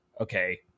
okay